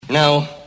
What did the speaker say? Now